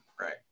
Right